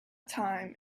time